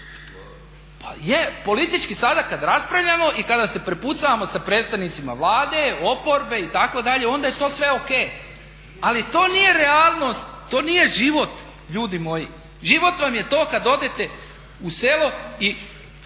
Pa je, politički sada kada raspravljamo i kada se prepucavamo sa predstavnicima Vlade, oporbe itd. onda je to sve o.k. Ali to nije realnost, to nije život ljudi moji! Život vam je to kad odete u selo i